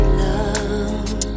love